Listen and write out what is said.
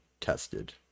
tested